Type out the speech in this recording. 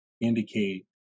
indicate